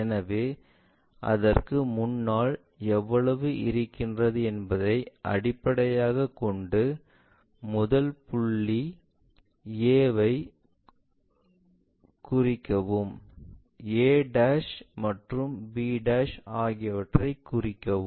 எனவே அதற்கு முன்னால் எவ்வளவு இருக்கிறது என்பதை அடிப்படையாகக் கொண்டு முதல் புள்ளி a ஐக் குளிக்கவும் a மற்றும் b ஆகியவற்றை குறிக்கவும்